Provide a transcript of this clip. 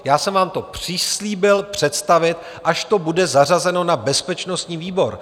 Já jsem vám to přislíbil představit, až to bude zařazeno na bezpečnostní výbor.